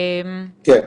שוב,